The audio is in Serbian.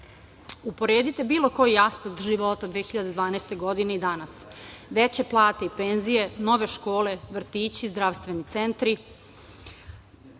nas. Uporedite bilo koji aspekt života 2012. godine i danas, veće plate i penzije, nove škole, vrtiće i zdravstvene centre,